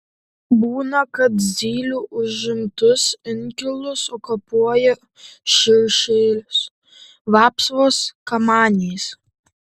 būna kad zylių užimtus inkilus okupuoja širšės vapsvos kamanės